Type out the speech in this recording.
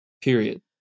Period